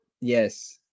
Yes